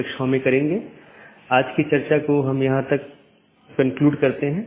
इसके साथ ही आज अपनी चर्चा समाप्त करते हैं